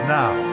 now